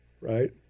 right